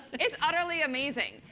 it's utterly amazing.